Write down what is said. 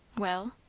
well?